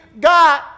God